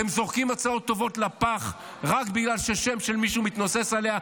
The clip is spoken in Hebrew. אתם זורקים הצעות טובות לפח רק בגלל ששם של מישהו מתנוסס עליהן.